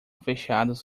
fechadas